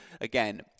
again